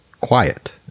quiet